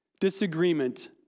disagreement